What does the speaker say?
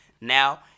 Now